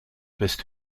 west